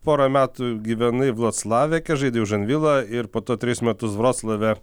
porą metų gyvenai vloclave kai žaidei už anvilą ir po to tris metus vroclave